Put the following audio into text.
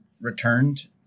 returned